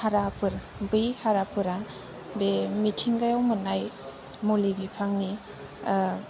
हाराफोर बै हाराफोरा बे मिथिंगायाव मोननाय मुलि बिफांनि